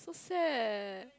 so sad